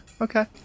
okay